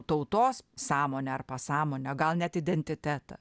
tautos sąmonę ar pasąmonę gal net identitetą